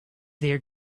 their